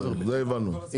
בהזדמנות.